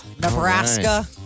Nebraska